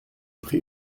pré